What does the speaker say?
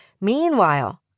Meanwhile